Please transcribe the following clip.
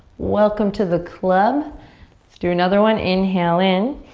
welcome to the club. let's do another one, inhale in.